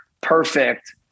perfect